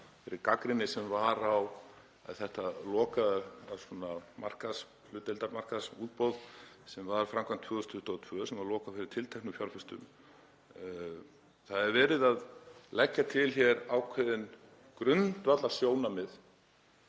fram, gagnrýni sem var á þetta lokaða hlutdeildarmarkaðsútboð sem var framkvæmt 2022 og var lokað fyrir tilteknum fjárfestum. Það er verið að leggja til hér ákveðin grundvallarsjónarmið